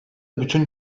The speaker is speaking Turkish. bütün